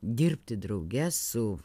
dirbti drauge su